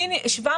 מיליארד שקל.